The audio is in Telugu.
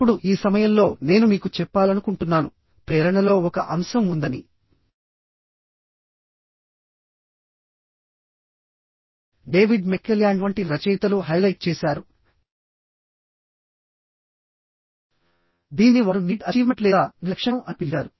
ఇప్పుడు ఈ సమయంలో నేను మీకు చెప్పాలనుకుంటున్నాను ప్రేరణలో ఒక అంశం ఉందని డేవిడ్ మెక్క్లెల్యాండ్ వంటి రచయితలు హైలైట్ చేశారు దీనిని వారు నీడ్ అచీవ్మెంట్ లేదా NH లక్షణం అని పిలిచారు